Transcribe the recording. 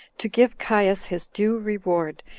to give caius his due reward,